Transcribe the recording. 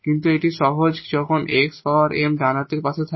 কিন্তু এটি সহজ যখন x পাওয়ার m ডান হাতের পাশে থাকে